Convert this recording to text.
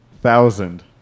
Thousand